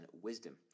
wisdom